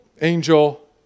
angel